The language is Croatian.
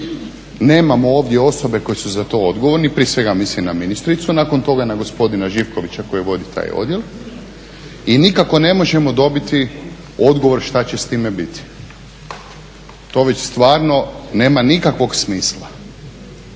nemamo ovdje osobe koje su za to odgovorni, prije svega mislim na ministricu, nakon toga na gospodina Živkovića koji vodi taj odjel i nikako ne možemo dobiti odgovor šta će s time biti. To već stvarno nema nikakvog smisla.